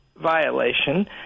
violation